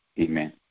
Amen